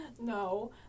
No